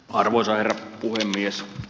arvoisa herra puhemies